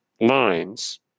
lines